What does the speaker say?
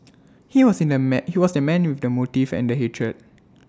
he was in the he was the man with the motive and the hatred